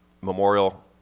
memorial